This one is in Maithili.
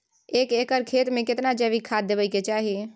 एक एकर खेत मे केतना जैविक खाद देबै के चाही?